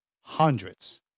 hundreds